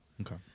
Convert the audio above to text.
Okay